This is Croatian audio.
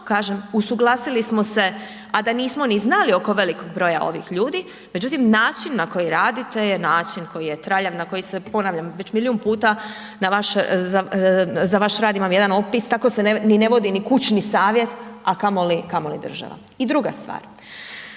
kažem usuglasili smo se a da nismo ni znali oko velikog broja ovih ljudi međutim način na koji radite je način koji je traljav, na koji se ponavljam, već milijun puta za vaš rad imam jedan opis, tako se ne vodi ni kućni savjet a kamoli država. I druga stvar,